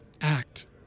act